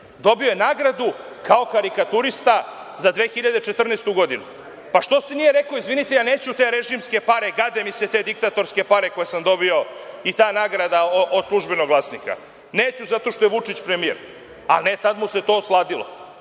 Dobio je nagradu kao karikaturista za 2014. godinu. Što nije rekao – ja neću te režimske pare, gade mi se te diktatorske pare koje sam dobio i ta nagrada od „Službenog glasnika“, neću zato što je Vučić premijer, a ne tad mu se to osladilo.